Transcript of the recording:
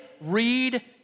read